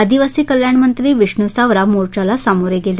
आदिवसी कल्याण मंत्री विष्णू सावरा मोर्चाला सामोरे गेले